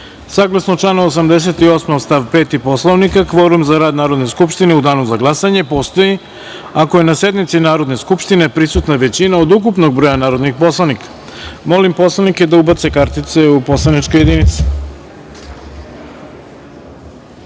kvorum. Saglasno članu 88. stav 5. Poslovnika, kvorum za rad Narodne skupštine u danu za glasanje postoji ako je na sednici Narodne skupštine prisutna većina od ukupnog broja narodnih poslanika. Molim poslanike da ubace kartice u poslaničke